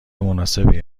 مناسبی